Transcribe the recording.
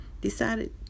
decided